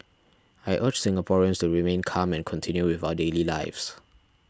I urge Singaporeans to remain calm and continue with our daily lives